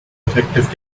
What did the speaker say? effective